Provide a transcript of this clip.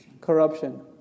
Corruption